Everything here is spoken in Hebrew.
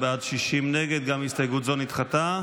הסתייגות זו נדחתה.